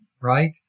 right